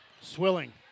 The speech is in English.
Swilling